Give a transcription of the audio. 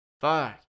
Fuck